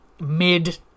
mid